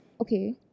Okay